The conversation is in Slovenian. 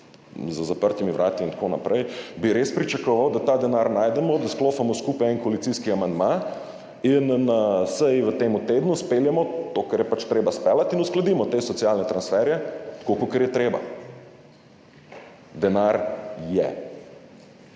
za zaprtimi vrati in tako naprej, bi res pričakoval, da ta denar najdemo, da sklofamo skupaj en koalicijski amandma in na seji v tem tednu speljemo to, kar je pač treba speljati, in uskladimo te socialne transferje tako, kakor je treba. Denar je.